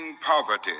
poverty